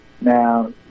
Now